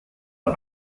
der